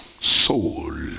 soul